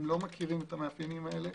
הם לא מכירים אותם,